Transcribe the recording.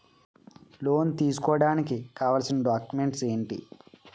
Loan తీసుకోడానికి కావాల్సిన documents ఎంటి?